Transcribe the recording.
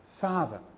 Father